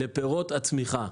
לפירות הצמיחה.